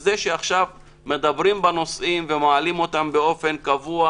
וזה שעכשיו מדברים בנושאים ומעלים אותם באופן קבוע,